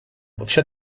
всё